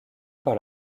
par